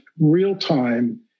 real-time